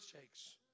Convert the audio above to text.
shakes